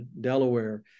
Delaware